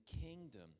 kingdom